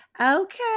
Okay